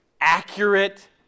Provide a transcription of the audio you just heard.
accurate